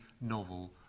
novel